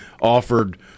offered